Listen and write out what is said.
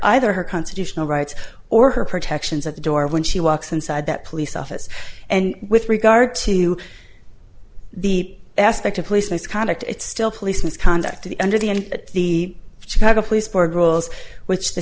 either her constitutional rights or her protections at the door when she walks inside that police office and with regard to you the aspect of police misconduct it's still police misconduct under the end of the chicago police board roles which the